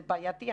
זה בעייתי.